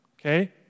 okay